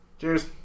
Cheers